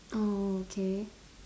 oh okay